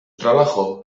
trabajo